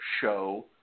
show